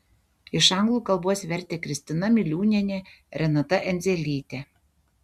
iš anglų kalbos vertė kristina miliūnienė renata endzelytė